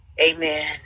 amen